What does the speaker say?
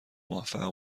موفق